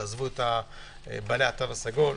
עזבו את בעלי תו הסגול.